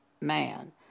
man